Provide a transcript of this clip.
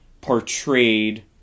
portrayed